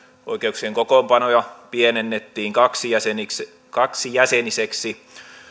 oikeuksien kokoonpanoja pienennettiin kaksijäsenisiksi kaksijäsenisiksi